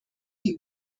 die